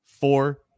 four